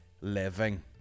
living